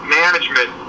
management